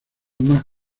más